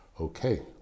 okay